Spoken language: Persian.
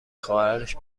خواهرش